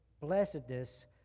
blessedness